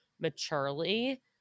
maturely